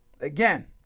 Again